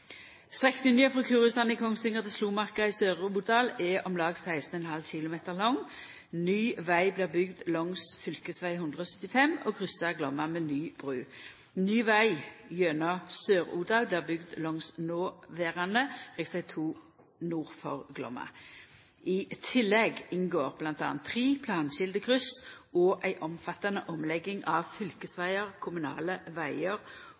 frå Kurusand i Kongsvinger til Slomarka i Sør-Odal er om lag 16,5 km lang. Ny veg blir bygd langs fv. 175 og kryssar Glomma med ny bru. Ny veg gjennom Sør-Odal blir bygd langs noverande rv. 2 nord for Glomma. I tillegg inngår m.a. tre planskilde kryss og ei omfattande omlegging av fylkesvegar, kommunale vegar